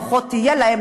שלפחות תהיה להם,